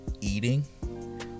eating